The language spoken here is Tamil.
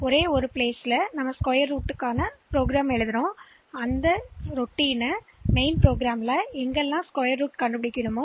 எனவே நாங்கள் ஒரு தனி ஸ்கொயர் ரூட் மற்றும் சப்ரூட்டீன் எழுதுகிறோம் எங்கிருந்தாலும் நான் ஸ்கொயர் ரூட் கணக்கிட வேண்டும்